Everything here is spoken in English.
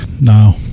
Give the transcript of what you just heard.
No